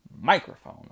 microphone